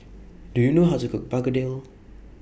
Do YOU know How to Cook Begedil